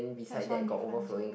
that's one difference